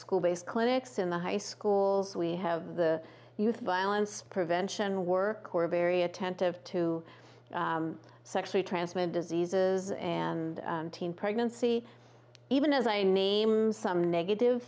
school based clinics in the high schools we have the youth violence prevention work or very attentive to sexually transmitted diseases and teen pregnancy even as i name some negative